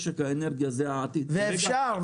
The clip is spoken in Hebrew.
ואפשר,